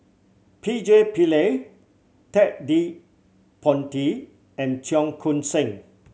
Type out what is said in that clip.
P J Pillay Ted De Ponti and Cheong Koon Seng